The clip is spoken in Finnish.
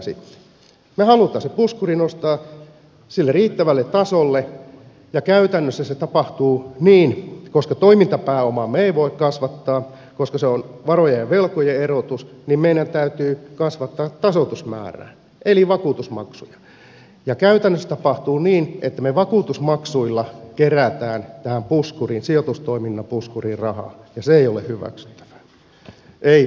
me haluamme sen puskurin nostaa sille riittävälle tasolle ja käytännössä se tapahtuu niin koska toimintapääomaa me emme voi kasvattaa koska se on varojen ja velkojen erotus että meidän täytyy kasvattaa tasoitusmäärää eli vakuutusmaksuja ja käytännössä tapahtuu niin että me vakuutusmaksuilla keräämme tähän sijoitustoimintapuskuriin rahaa ja se ei ole hyväksyttävää vakuutuksen maksajien kannalta